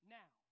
now